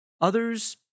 Others